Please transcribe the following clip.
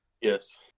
yes